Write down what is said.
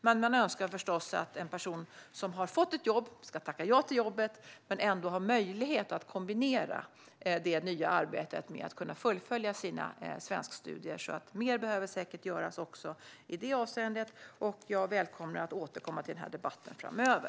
Men man önskar förstås att en person som har fått erbjudande om ett jobb och ska tacka ja till det ändå har möjlighet att kombinera det nya arbetet med att kunna fullfölja sina svenskstudier. Mer behöver säkert göras också i det avseendet, och jag välkomnar att vi återkommer till den här debatten framöver.